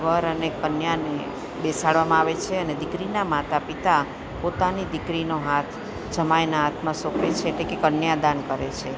વર અને કન્યાને બેસાડવામાં આવે છે અને દીકરીના માતા પિતા પોતાની દીકરીનો હાથ જમાઈના હાથમાં સોંપે છે એટલે કે કન્યાદાન કરે છે